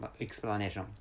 explanation